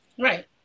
Right